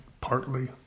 partly